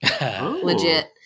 Legit